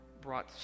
brought